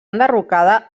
enderrocada